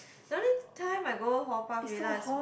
the only time I go Haw-Par-Villa is for